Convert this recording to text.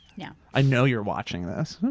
yeah i know you're watching this.